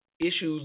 issues